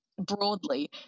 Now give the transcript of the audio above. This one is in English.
broadly